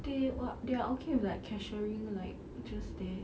they what they are okay with like cashiering like just there